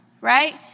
right